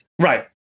Right